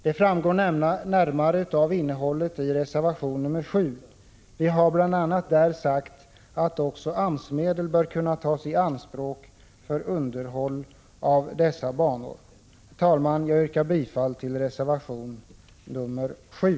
Detta framgår vid ett närmare studium av innehållet i reservation nr 7. Där säger vi bl.a. att också AMS-medel bör kunna tas i anspråk för underhåll av dessa banor. Herr talman! Jag yrkar bifall till reservation nr 7.